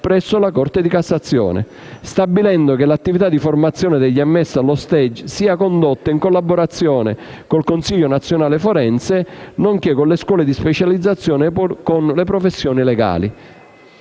presso la Corte di cassazione, stabilendo che l'attività di formazione degli ammessi allo *stage* sia condotta in collaborazione con il Consiglio nazionale forense, nonché con le scuole di specializzazione per le professioni legali.